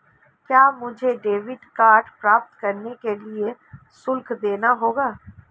क्या मुझे debit card प्राप्त करने के लिए शुल्क देना होगा?